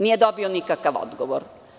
Nije dobio nikakav odgovor.